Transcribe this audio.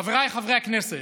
חבריי חברי הכנסת,